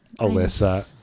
Alyssa